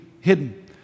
hidden